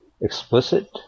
explicit